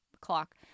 clock